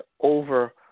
over